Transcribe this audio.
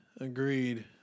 agreed